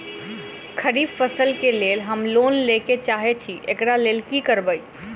खरीफ फसल केँ लेल हम लोन लैके चाहै छी एकरा लेल की करबै?